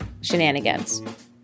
Shenanigans